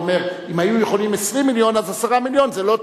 אולי לעגן את הכול במקום אחד, לחסוך תקורות.